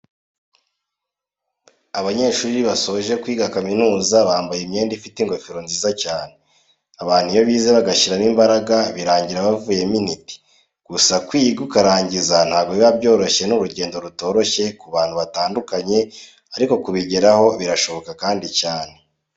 Abanyeshuri basoje kwiga kaminuza bambaye imyenda ifite ingofero nziza cyane, abantu iyo bize bagashyiramo imbaraga birangira bavuyemo intiti, gusa kwiga ukarangiza ntabwo biba byoroshye ni urugendo rutoroshye ku bantu batandukanye ariko kubigeraho birashoboka kandi cyane.